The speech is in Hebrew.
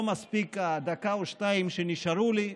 לא מספיקות הדקה או שתיים שנשארו לי.